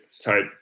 type